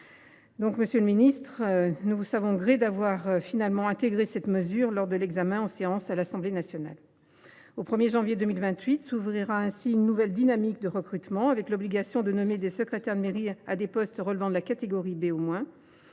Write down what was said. gré, monsieur le ministre, d’avoir finalement intégré cette mesure lors de l’examen en séance à l’Assemblée nationale. Au 1 janvier 2028 s’ouvrira ainsi une nouvelle dynamique de recrutement, avec l’obligation de nommer des secrétaires de mairie à des postes relevant de la catégorie B au moins.